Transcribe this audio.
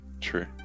True